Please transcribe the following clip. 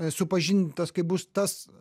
supažintas kai bus tas